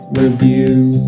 reviews